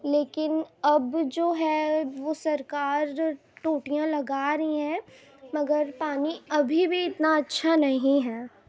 لیکن اب جو ہے وہ سرکار ٹوٹیاں لگا رہی ہے مگر پانی ابھی بھی اتنا اچھا نہیں ہے